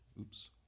Oops